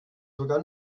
sogar